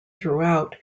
throughout